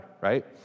right